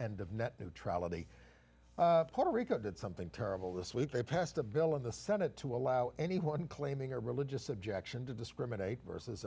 end of net neutrality puerto rico did something terrible this week they passed a bill in the senate to allow anyone claiming a religious objection to discriminate versus